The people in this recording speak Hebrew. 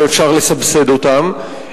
ואפשר לסבסד אותם,